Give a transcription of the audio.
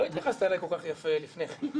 לא התייחסת אלי כל כך יפה לפני כן.